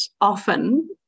often